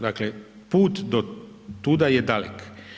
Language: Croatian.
Dakle, put do tuda je dalek.